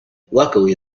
luckily